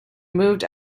moved